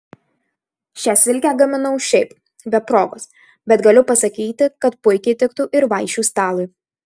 šią silkę gaminau šiaip be progos bet galiu pasakyti kad puikiai tiktų ir vaišių stalui